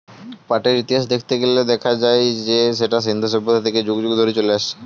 পাটের ইতিহাস দেখতে গেলে দেখা যায় যে সেটা সিন্ধু সভ্যতা থেকে যুগ যুগ ধরে চলে আসছে